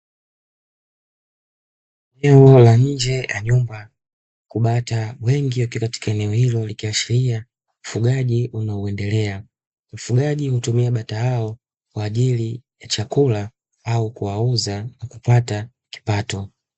Eneo la nje ya nyumba huku bata wengi wakiwa katika eneo hilo, likiashiria ufugaji unaoendelea. Mfugaji hutumia bata hao kwa ajili ya chakula au kuwauza na kupata kipato.